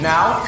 now